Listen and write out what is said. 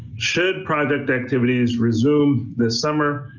should project activities resume this summer.